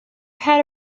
had